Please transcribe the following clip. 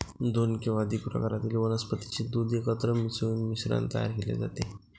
दोन किंवा अधिक प्रकारातील वनस्पतीचे दूध एकत्र मिसळून मिश्रण तयार केले जाते